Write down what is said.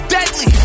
Deadly